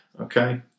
okay